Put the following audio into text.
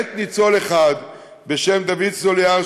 למעט ניצול אחד בשם דוד סטוליאר,